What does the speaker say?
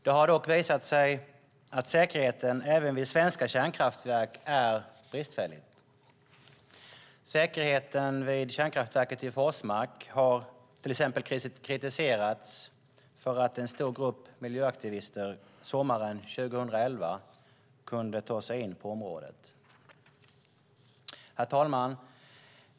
Det har dock visat sig att säkerheten även vid svenska kärnkraftverk är bristfällig. Till exempel har säkerheten vid kärnkraftverket i Forsmark kritiserats för att en stor grupp miljöaktivister sommaren 2011 kunde ta sig in på området. Herr talman!